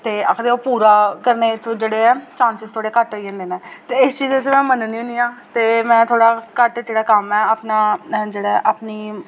आखदे ओह् पूरा करने दे जेह्ड़े ऐ चांसेस जेह्ड़े थोह्ड़े घट्ट होई जन्दे न ते इस चीज़ै च में मनन्नी होनी आं ते में थोह्ड़ा घट्ट जेह्ड़ा कम्म ऐ एह् अपना जेह्ड़ी अपनी